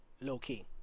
low-key